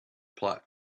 plot